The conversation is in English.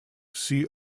see